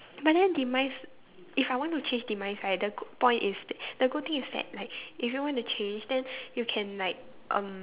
but then demise if I want to change demise right the good point is that the good thing is that like if you want to change then you can like um